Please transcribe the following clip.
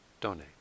donate